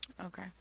Okay